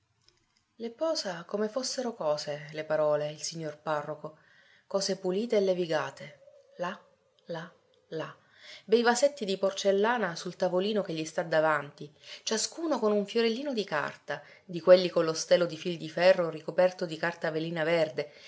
le posa come fossero cose le parole il signor parroco cose pulite e levigate là là là bei vasetti di porcellana sul tavolino che gli sta davanti ciascuno con un fiorellino di carta di quelli con lo stelo di fil di ferro ricoperto di carta velina verde